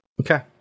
Okay